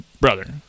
brother